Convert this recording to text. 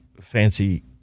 fancy